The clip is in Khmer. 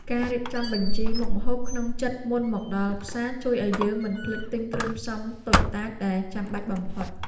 ការរៀបចំបញ្ជីមុខម្ហូបក្នុងចិត្តមុនមកដល់ផ្សារជួយឱ្យយើងមិនភ្លេចទិញគ្រឿងផ្សំតូចតាចដែលចាំបាច់បំផុត។